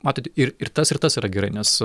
matot ir ir tas ir tas yra gerai nes